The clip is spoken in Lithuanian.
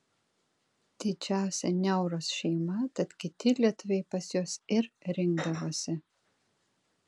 didžiausia niauros šeima tad kiti lietuviai pas juos ir rinkdavosi